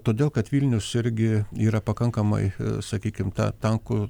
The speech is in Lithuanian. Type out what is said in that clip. todėl kad vilnius irgi yra pakankamai sakykim ta tankų